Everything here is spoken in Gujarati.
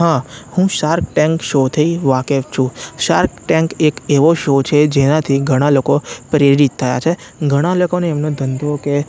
હા હું શાર્ક ટેન્ક શોથી વાકેફ છું શાર્ક ટેન્ક એક એવો શો છે જેનાથી ઘણા લોકો પ્રેરિત થયા છે ઘણા લોકોને એમનો ધંધો કે